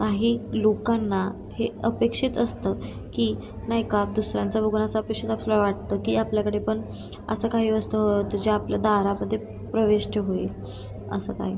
काही लोकांना हे अपेक्षित असतं की नाही का दुसऱ्यांचं बघून असा अपेक्षित आपल्याला वाटतं की आपल्याकडे पण असं काही वस्तू हवे होते जे आपल्या दारामध्ये प्रविष्ट होईल असं काय